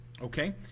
Okay